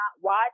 watch